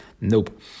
Nope